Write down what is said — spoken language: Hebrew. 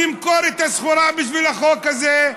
נמכור את הסחורה בשביל החוק הזה,